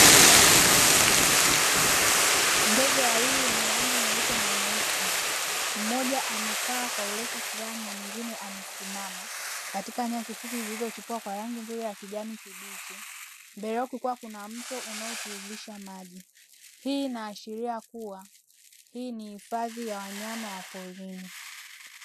Ndege wawili wenye rangi nyeupe na nyeusi; mmoja amepaa kwa urefu fulani na mwingine amesimama katika nyasi fupi zilizochipua kwa rangi nzuri ya kijani kibichi. Mbele yao kukiwa kuna mto unaotiririsha maji. Hii inaashiria kuwa hii ni hifadhi ya wanyama wa porini.